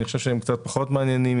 אני חושב שהם קצת פחות מעניינים.